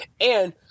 And-